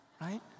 right